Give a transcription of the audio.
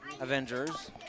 Avengers